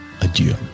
adieu